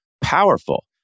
powerful